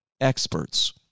experts